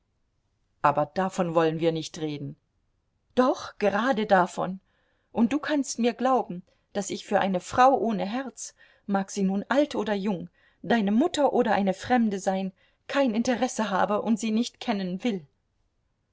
aber davon wollen wir nicht reden doch gerade davon und du kannst mir glauben daß ich für eine frau ohne herz mag sie nun alt oder jung deine mutter oder eine fremde sein kein interesse habe und sie nicht kennen will